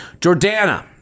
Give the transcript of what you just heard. Jordana